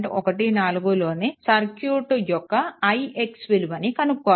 14లోని circuit యొక్క ix విలువను కనుక్కోవాలి